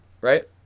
Right